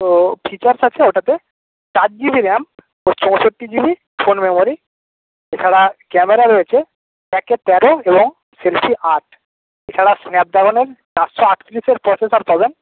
তো ফিচার্স আছে ওটাতে চার জিবি র্যাম চৌষট্টি জিবি ফোন মেমোরি এছাড়া ক্যামেরা রয়েছে ব্যাকে তেরো এবং সেলফি আট এছাড়া স্ন্যাপড্রাগনের চারশো আটতিরিশের প্রসেসর পাবেন